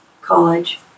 college